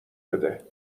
بده